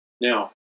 Now